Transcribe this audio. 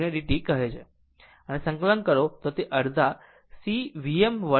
જો આને સંકલન કરે છે તો તે અડધા C Vm 2 બનશે